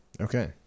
Okay